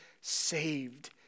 saved